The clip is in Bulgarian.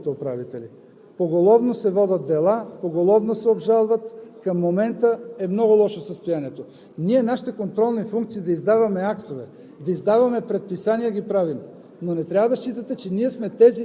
проводимостта, която е, но това е задължение и на кмета, и на областните управители. Поголовно се водят дела, поголовно се обжалват. Към момента е много лошо състоянието. Нашите контролни функции е да издаваме актове,